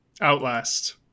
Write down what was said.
outlast